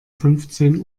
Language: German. fünfzehn